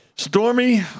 Stormy